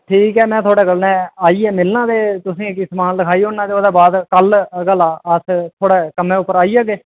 ठीक ऐ में थुआढ़े कन्नै आइयै मिलना ते तुसेंंगी समान लिखाई ओड़ना ते ओह्दे बाद अस थुआढ़े कन्नै उप्पर आई जाह्गे